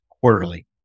quarterly